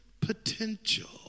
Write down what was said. potential